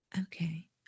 Okay